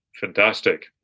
Fantastic